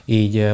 így